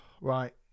right